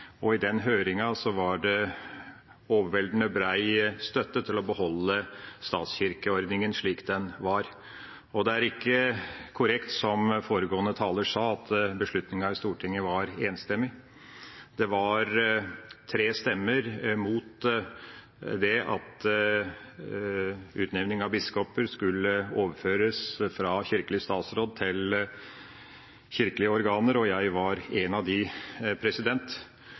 og i den høringa var det overveldende bred støtte til å beholde statskirkeordningen slik den var. Det er ikke korrekt som foregående taler sa, at beslutninga i Stortinget var enstemmig. Det var tre stemmer mot at utnevning av biskoper skulle overføres fra kirkelig statsråd til kirkelige organer, og jeg var en av